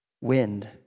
wind